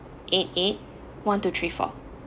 eight eight one two three four